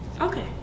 Okay